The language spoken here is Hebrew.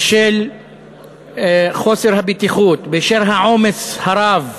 בשל חוסר הבטיחות, בשל העומס הרב.